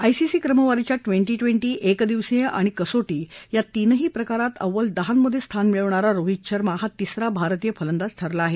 ICC क्रमवारीच्या twenty twenty एकदिवसीय आणि कसोटी या तीनही प्रकारात अव्वल दहामधे स्थान मिळवणारा रोहित शर्मा हा तिसरा भारतीय फलंदाज ठरला आहे